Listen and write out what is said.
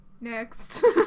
Next